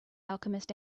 alchemist